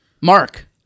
Mark